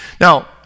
Now